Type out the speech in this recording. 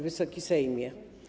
Wysoki Sejmie!